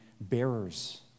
bearers